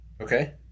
okay